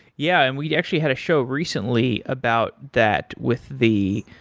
yeah, and we actually had a show recently about that with the,